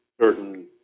certain